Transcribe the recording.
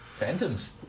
Phantoms